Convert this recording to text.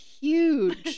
huge